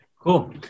Cool